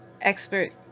expert